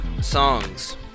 songs